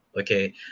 Okay